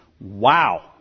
wow